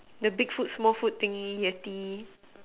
the big foot small foot thingy yeti